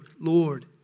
Lord